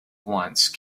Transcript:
once